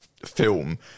film